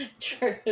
True